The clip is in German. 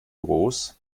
groß